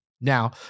Now